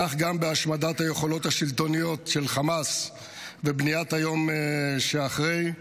כך גם בהשמדת היכולות השלטוניות של חמאס ובניית היום שאחרי.